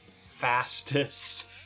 fastest